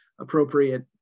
appropriate